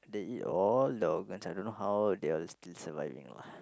they eat all the organs I don't know how they're still surviving lah